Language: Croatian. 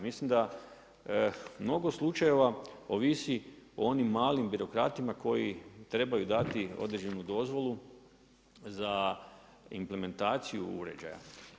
Mislim da mnogo slučajeva ovisi o onim malim birokratima koji trebaju dati određenu dozvolu za implementaciju uređaja.